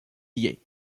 liée